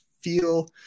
feel